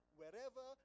wherever